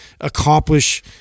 accomplish